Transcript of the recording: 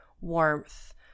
warmth